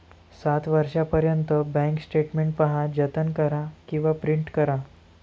सात वर्षांपर्यंत bank statement पहा, जतन करा किंवा प्रिंट करा